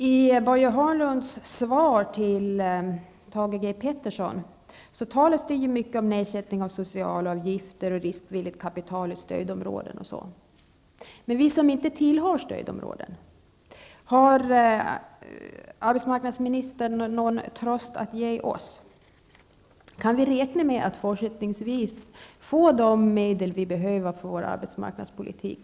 I Börje Hörnlunds svar till Thage G Peterson talas det mycket om nedsättning av socialavgifter, riskvilligt kapital i stödområden osv. Men vi som inte tillhör något stödområde, har arbetsmarknadsministern någon tröst att ge oss? Kan vi räkna med att fortsättningsvis få de medel vi behöver för vår arbetsmarknadspolitik?